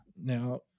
Now